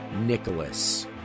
Nicholas